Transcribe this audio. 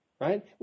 right